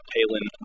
Palin